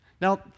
Now